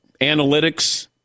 analytics